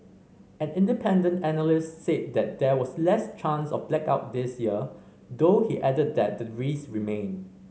an independent analyst said that there was less chance of blackout this year though he added that the risk remained